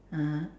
(uh huh)